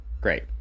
Great